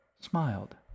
smiled